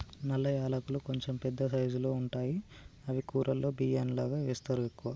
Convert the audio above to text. నల్ల యాలకులు కొంచెం పెద్ద సైజుల్లో ఉంటాయి అవి కూరలలో బిర్యానిలా వేస్తరు ఎక్కువ